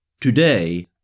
Today